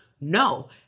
No